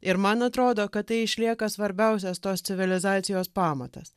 ir man atrodo kad tai išlieka svarbiausias tos civilizacijos pamatas